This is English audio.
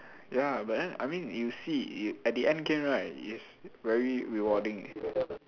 ya but then I mean you see at the end game right is very rewarding